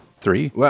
three